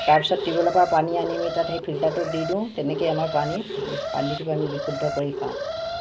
তাৰপাছত টিউবেলৰ পৰা পানী আনি আমি তাত সেই ফিল্টাৰটোত দি দিওঁ তেনেকৈয়ে আমাৰ পানী পানীটোক আমি বিশুদ্ধ কৰি খাওঁ